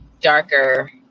darker